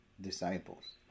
disciples